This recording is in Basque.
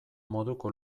moduko